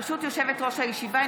ברשות יושבת-ראש הישיבה,